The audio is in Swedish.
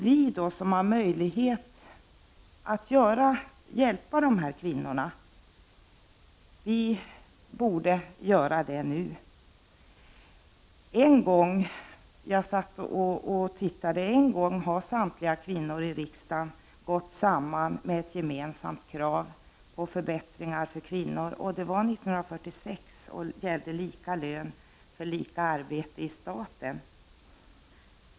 Vi, som har möjlighet att hjälpa de här kvinnorna, borde göra det nu! En gång — jag satt och tittade i trycket — har samtliga kvinnor i riksdagen gått samman med ett gemensamt krav på förbättringar för kvinnor. Det var 1946 och gällde lika lön för lika arbete i staten.